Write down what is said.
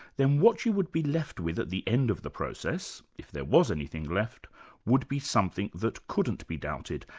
then what you would be left with at the end of the process if there was anything left would be something that couldn't be doubted,